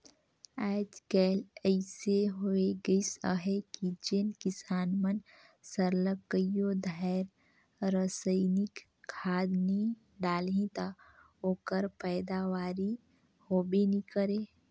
आएज काएल अइसे होए गइस अहे कि जेन किसान मन सरलग कइयो धाएर रसइनिक खाद नी डालहीं ता ओकर पएदावारी होबे नी करे